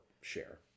share